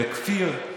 לכפיר,